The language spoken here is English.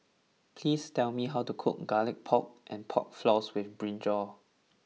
please tell me how to cook Garlic Pork and Pork Floss with Brinjal